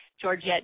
Georgette